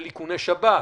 של איכוני שב"כ.